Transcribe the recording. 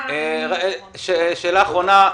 שאלה אחרונה.